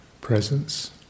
presence